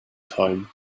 time